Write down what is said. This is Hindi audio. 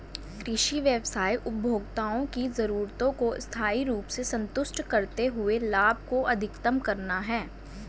कृषि व्यवसाय उपभोक्ताओं की जरूरतों को स्थायी रूप से संतुष्ट करते हुए लाभ को अधिकतम करना है